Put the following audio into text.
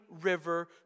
river